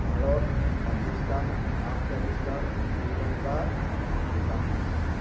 Bharat Pakistan Afghanistan Sri Lanka Bhutan